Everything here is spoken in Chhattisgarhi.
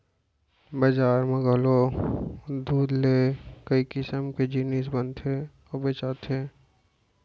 बजार म घलौ दूद ले कई किसम के जिनिस बनथे अउ बेचाथे